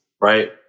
Right